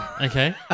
Okay